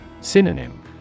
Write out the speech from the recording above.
Synonym